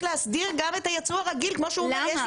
להסדיר גם את הייצוא הרגיל כי כמו שהוא אומר,